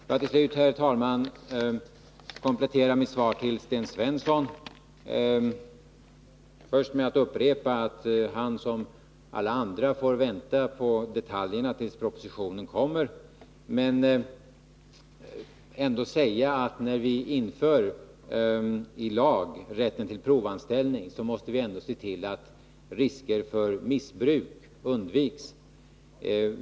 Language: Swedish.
Får jag till slut, herr talman, komplettera mitt svar till Sten Svensson med att upprepa att han som alla andra får vänta på detaljerna tills propositionen kommer. Samtidigt vill jag ändå säga att när vi inför i lag rätten till provanställning, så måste vi se till att risker för missbruk elimineras.